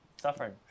Suffering